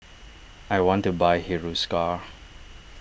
I want to buy Hiruscar